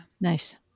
Nice